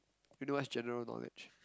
you know what's general knowledge